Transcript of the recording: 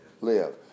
live